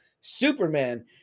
Superman